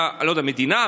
המדינה,